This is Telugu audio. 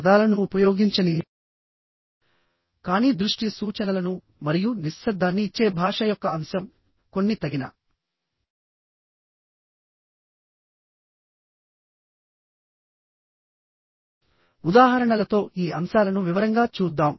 పదాలను ఉపయోగించని కానీ దృష్టి సూచనలను మరియు నిశ్శబ్దాన్ని ఇచ్చే భాష యొక్క అంశం కొన్ని తగిన ఉదాహరణలతో ఈ అంశాలను వివరంగా చూద్దాం